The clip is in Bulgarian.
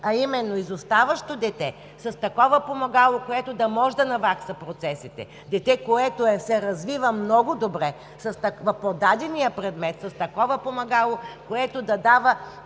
а именно изоставащо дете с такова помагало да може да навакса процесите; дете, което се развива много добре по дадения предмет, с такова помагало, което да дава